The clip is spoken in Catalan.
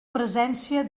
presència